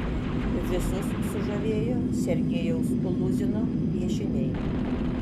visus sužavėjo sergejaus luzino piešiniai